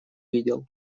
видел